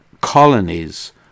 colonies